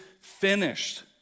finished